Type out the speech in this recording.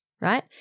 right